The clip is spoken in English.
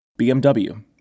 BMW